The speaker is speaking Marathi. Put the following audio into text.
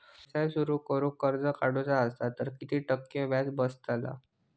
व्यवसाय सुरु करूक कर्ज काढूचा असा तर किती टक्के व्याज बसतला?